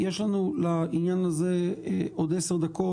יש לנו לעניין הזה עוד 10 דקות,